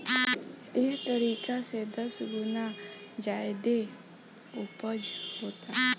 एह तरीका से दस गुना ज्यादे ऊपज होता